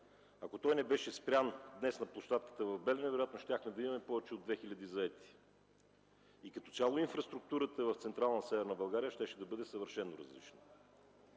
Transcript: Ако той не беше спрян, днес на площадката в „Белене” вероятно щяхме да имаме повече от 2000 заети. И като цяло инфраструктурата в Централна Северна България щеше да бъде съвършено различна.